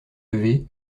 levée